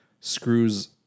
screws